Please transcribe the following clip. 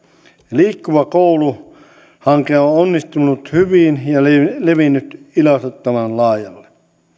liikkuva koulu hanke on onnistunut hyvin ja levinnyt ilahduttavan laajalle